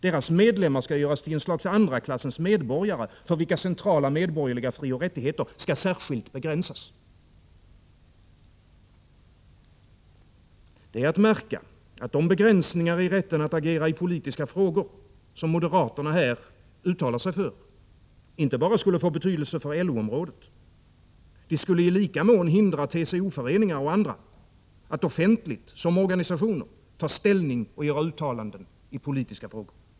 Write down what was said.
Deras medlemmar skall göras till ett slags andra klassens medborgare, för vilka centrala medborgerliga frioch rättigheter särskilt skall begränsas. Det är att märka att de begränsningar i rätten att agera i politiska frågor, som moderaterna här uttalar sig för, inte bara skulle få betydelse för LO-området. De skulle i lika mån hindra TCO-föreningar och andra att offentligt, som organisationer, ta ställning och göra uttalanden i politiska frågor.